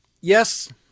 Yes